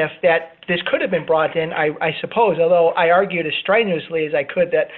plaintiffs that this could have been brought in i suppose although i argued strenuously as i could that